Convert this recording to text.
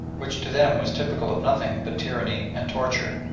which to them was typical of nothing but tyranny and torture.